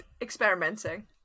experimenting